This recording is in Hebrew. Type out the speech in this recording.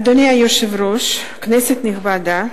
אדוני היושב-ראש, כנסת נכבדה,